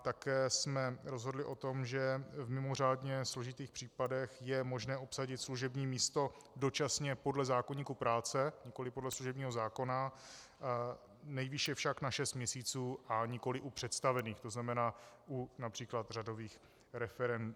Také jsme rozhodli o tom, že v mimořádně složitých případech je možné obsadit služební místo dočasně podle zákoníku práce, nikoliv podle služebního zákona, nejvýše však na šest měsíců a nikoli u představených, to znamená například u řadových referentů.